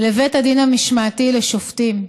לבית הדין המשמעתי לשופטים.